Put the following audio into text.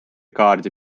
kaardi